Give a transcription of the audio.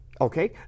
okay